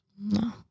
No